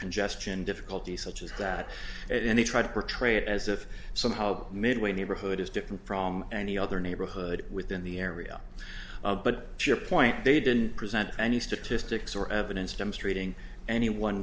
congestion difficulty such as that and he tried to portray it as if somehow midway neighborhood is different from any other neighborhood within the area but chip point they didn't present any statistics or evidence demonstrating any one